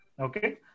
Okay